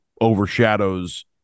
overshadows